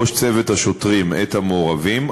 ראש צוות השוטרים את המעורבים,